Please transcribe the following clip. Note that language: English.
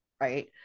Right